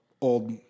old